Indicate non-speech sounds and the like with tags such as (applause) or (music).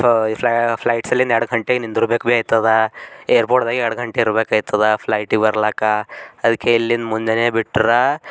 (unintelligible) ಫ್ಲೈಟ್ಸಲ್ಲಿ ಇನ್ನು ಎರಡು ಗಂಟೆ ನಿಂದಿರ್ಬೇಕು ಭೀ ಆಯ್ತದಾ ಏರ್ಪೋರ್ಟ್ದಾಗ ಎರಡು ಗಂಟೆ ಇರ್ಬೇಕಾಯ್ತದ ಫ್ಲೈಟಿಗೆ ಬರ್ಲಿಕ್ಕೆ ಅದಕ್ಕೆ ಇಲ್ಲಿಂದ ಮುಂಜಾನೆ ಬಿಟ್ರೆ